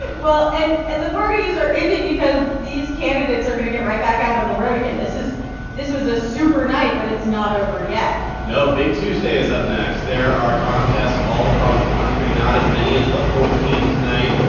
well, and and the parties are ending because these candidates are going to get right back out on the road again. this is this was a super night, but it's not over yet no, big tuesday is up next. there are contests all across the country not as many as the fourteen tonight,